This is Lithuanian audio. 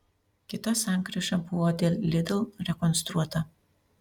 kita sankryža buvo dėl lidl rekonstruota